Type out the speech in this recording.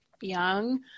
young